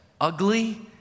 ugly